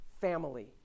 family